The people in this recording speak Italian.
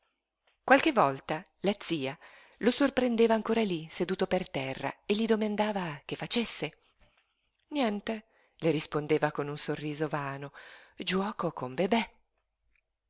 qualche volta la zia lo sorprendeva ancor lí seduto per terra e gli domandava che facesse niente le rispondeva con un sorriso vano giuoco con bebè